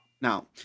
Now